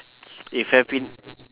if happi~